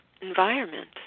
environment